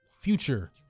future